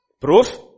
Proof